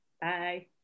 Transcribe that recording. Bye